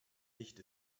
nicht